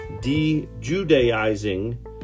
de-Judaizing